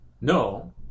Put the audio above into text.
no